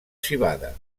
civada